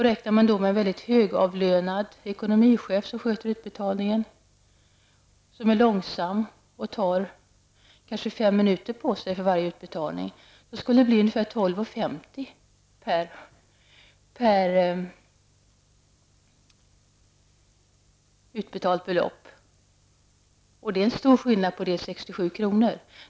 Räknar man med att en högavlönad ekonomichef sköter utbetalningarna och är långsam och tar kanske 5 minuter på sig för varje utbetalning, blir det ungefär 12:50 kr. per varje utbetalt belopp. Det är stor skillnad jämfört med 67 kr.